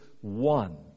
one